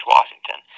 Washington